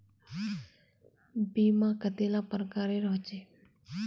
बीमा कतेला प्रकारेर होचे?